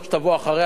זאת שתבוא אחריה,